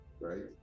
right